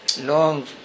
long